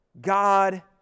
God